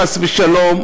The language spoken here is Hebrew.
חס ושלום,